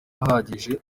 ahagije